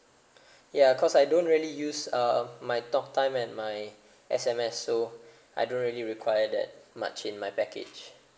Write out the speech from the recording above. ya cause I don't really use uh my talk time and my S_M_S so I don't really require that much in my package